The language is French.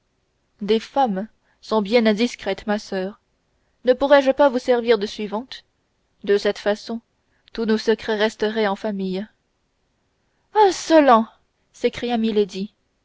des femmes sont bien indiscrètes ma soeur ne pourrais-je pas vous servir de suivante de cette façon tous nos secrets resteraient en famille insolent s'écria milady